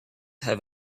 have